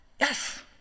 Yes